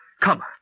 Come